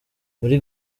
muri